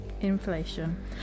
inflation